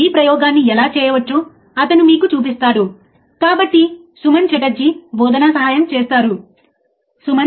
మీరు ప్రయోగశాలలో ఉపయోగించవచ్చు మీరు సౌకర్యవంతంగా ఉన్న చోట ఇంట్లో ఉపయోగించవచ్చు